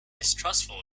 distrustful